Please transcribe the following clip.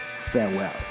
farewell